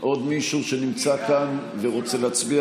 עוד מישהו שנמצא כאן ורוצה להצביע?